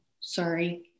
Sorry